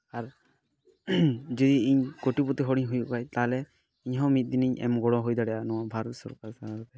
ᱟᱨ ᱡᱮ ᱤᱧ ᱠᱳᱴᱤᱯᱚᱛᱤ ᱦᱚᱲᱤᱧ ᱦᱩᱭᱩᱜ ᱠᱷᱟᱡ ᱛᱟᱦᱚᱞᱮ ᱤᱧᱦᱚᱸ ᱢᱤᱫ ᱫᱤᱱᱤᱧ ᱮᱢ ᱜᱚᱲᱚ ᱦᱩᱭ ᱫᱟᱲᱭᱟᱜᱼᱟ ᱱᱚᱣᱟ ᱵᱷᱟᱨᱚᱛ ᱥᱚᱨᱠᱟᱨ ᱥᱟᱶᱛᱮ